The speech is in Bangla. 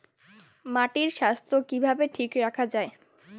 মাটির স্বাস্থ্য কিভাবে ঠিক রাখা যায়?